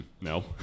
No